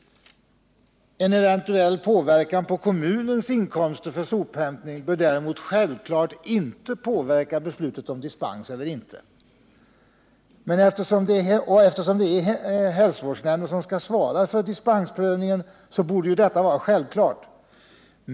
En eventuell påverkan på kommunens inkomster för sophämtningen bör däremot självfallet inte ha inflytande på beslutet huruvida dispens skall beviljas eller inte. Och eftersom det är hälsovårdsnämnden som skall svara för dispensprövningen, så borde detta vara självklart.